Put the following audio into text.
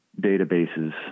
databases